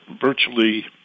virtually